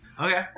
Okay